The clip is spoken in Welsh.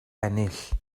ennill